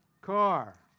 car